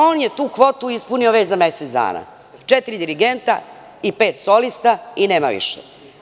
On je tu kvotu ispunio već za mesec dana, četiri dirigenta i pet solista i nema više.